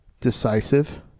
decisive